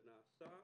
זה נעשה,